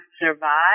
survive